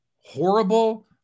horrible